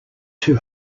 two